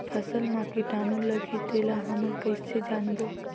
फसल मा कीटाणु लगही तेला हमन कइसे जानबो?